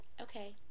okay